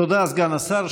תודה, סגן השר.